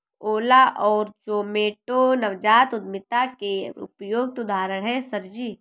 ओला और जोमैटो नवजात उद्यमिता के उपयुक्त उदाहरण है सर जी